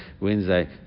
Wednesday